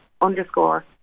underscore